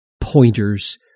pointers